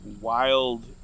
wild